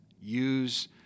Use